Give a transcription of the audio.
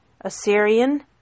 Assyrian